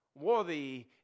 Worthy